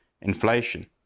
inflation